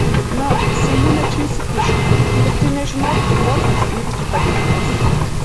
na seimūnė čia įsikišo lyg tai nežinotų tikrosios įvykių padėties